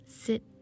Sit